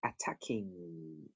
attacking